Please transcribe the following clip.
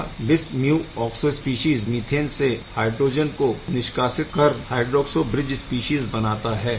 यहाँ bis mu oxo species methane से hydrogen को निष्कासित कर हायड्रोक्सो ब्रिज स्पीशीज़ बनाता है